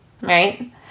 right